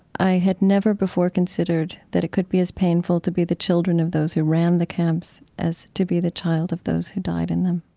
i had never before considered that it could be as painful to be the children of those who ran the camps as to be the child of those who died in them.